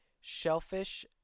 shellfish